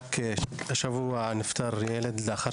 רק השבוע נפטר ילד סאלח אבו סולב לאחר